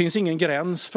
Inom ramen för januariavtalet finns det